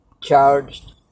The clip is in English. charged